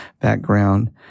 background